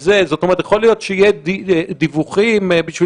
זאת אומרת שיכול להיות שיהיו דיווחים בשביל